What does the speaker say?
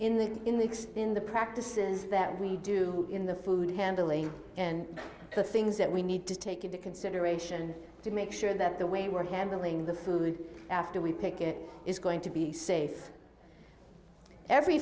in the in the in the practices that we do in the food handling and the things that we need to take into consideration to make sure that the way we're handling the food after we pick it is going to be safe every